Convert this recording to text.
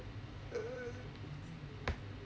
err